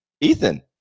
Ethan